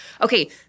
Okay